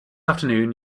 afternoon